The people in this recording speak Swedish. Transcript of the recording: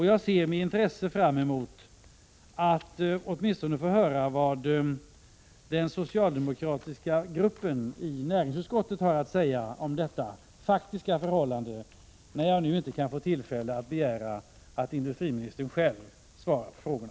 Jag ser med intresse fram mot att åtminstone få höra vad den socialdemokratiska gruppen i näringsutskottet har att säga om detta faktiska förhållande, när jag nu inte får tillfälle att begära att industriministern själv svarar på frågorna.